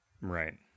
right